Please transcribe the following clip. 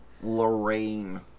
Lorraine